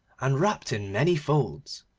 and wrapped in many folds.